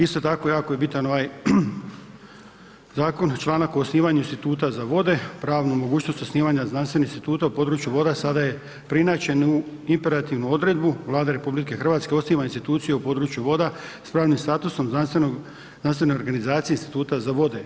Isto tako, jako je bitan ovaj zakon, članak o osnivanju instituta za vode, pravnu mogućnost osnivanja znanstvenih instituta u području voda sada je preinačen u imperativnu odredbu, Vlada RH osniva instituciju u području voda s pravnim statusom znanstvene organizacije instituta za vode.